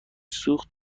سوخت